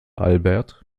albert